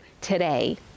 today